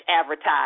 advertise